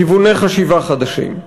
כיווני חשיבה חדשים.